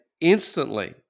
instantly